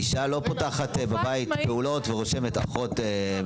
אישה לא פותחת קליניקה ורושמת שהיא אחות מטפלת.